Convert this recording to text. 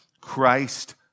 Christ